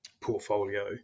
portfolio